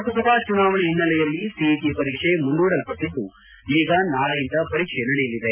ಲೋಕಸಭಾ ಚುನಾವಣೆ ಹಿನ್ನೆಲೆಯಲ್ಲಿ ಸಿಇಟ ಪರೀಕ್ಷೆ ಮುಂದೂಡಲ್ಪಟ್ಟದ್ದು ಈಗ ನಾಳೆಯಿಂದ ಪರೀಕ್ಷೆ ನಡೆಯಲಿದೆ